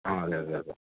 ആ അതെയതെ അതെ